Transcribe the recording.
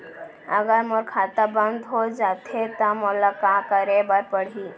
अगर मोर खाता बन्द हो जाथे त मोला का करे बार पड़हि?